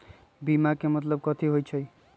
बीमा के मतलब कथी होई छई?